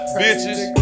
bitches